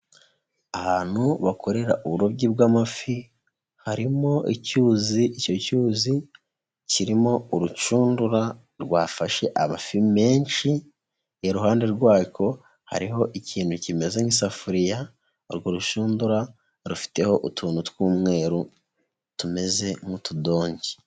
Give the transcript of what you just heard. Ahantu bakorera uburobyi bw'amafi, harimo icyuzi, icyo cyuzi kirimo urucundura rwafashe amafi menshi, iruhande rwako hariho ikintu kimeze nk'isafuriya, urwo rushundura rufiteho utuntu tw'umweru tumeze nk'utudongi.